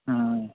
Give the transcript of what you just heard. हूँह